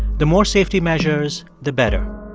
the more safety measures, the better.